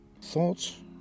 Thoughts